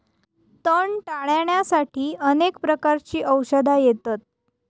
तण टाळ्याण्यासाठी अनेक प्रकारची औषधा येतत